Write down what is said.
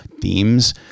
themes